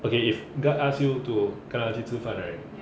okay if guard ask you to 跟他去吃饭 right